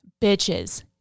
bitches